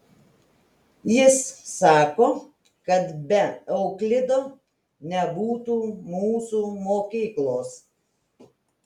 jis sako kad be euklido nebūtų mūsų mokyklos